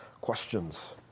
questions